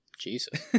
Jesus